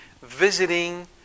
Visiting